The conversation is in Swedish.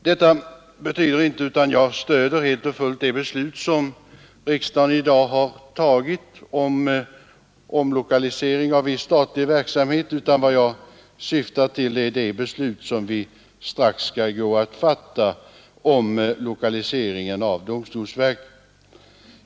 Detta betyder inte att jag inte helt och fullt stöder det beslut som riksdagen i dag har fattat om omlokalisering av viss statlig verksamhet, utan jag tänker närmast på det beslut vi strax går att fatta beträffande lokaliseringen av domstolsverket.